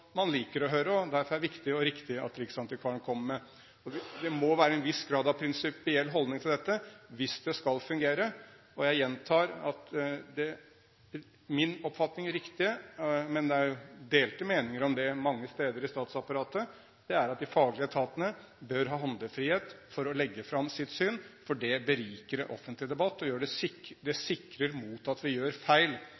man liker å høre, og det derfor er riktig og viktig at riksantikvaren kommer med. Det må være en viss grad av prinsipiell holdning til dette, hvis det skal fungere. Jeg gjentar at min oppfatning av det riktige – men det er delte meninger om det mange steder i statsapparatet – er at de faglige etatene bør ha handlefrihet til å legge fram sitt syn, for det beriker den offentlige debatt, og det sikrer mot at vi gjør